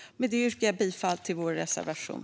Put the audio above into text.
Med detta yrkar jag bifall till vår reservation.